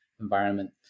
environment